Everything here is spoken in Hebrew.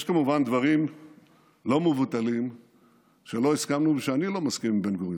יש כמובן דברים לא מבוטלים שלא הסכמנו ושאני לא מסכים עם בן-גוריון,